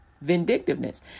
Vindictiveness